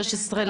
שש עשרה,